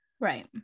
right